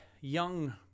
young